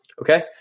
Okay